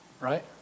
right